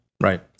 Right